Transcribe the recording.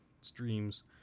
streams